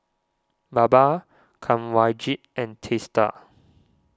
Baba Kanwaljit and Teesta